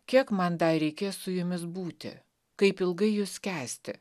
kiek man dar reikės su jumis būti kaip ilgai jus kęsti